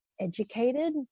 educated